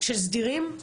של סדירים?